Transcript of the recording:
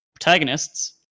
Protagonists